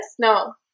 No